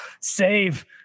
Save